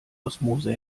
osmose